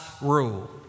rule